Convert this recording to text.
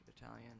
Italian